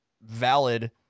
valid